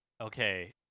okay